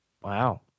Wow